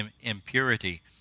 impurity